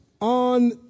on